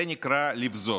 זה נקרא לבזוז.